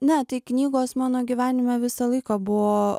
ne tai knygos mano gyvenime visą laiką buvo